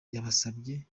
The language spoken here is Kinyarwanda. yabasabye